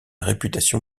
réputation